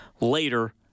later